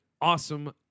awesome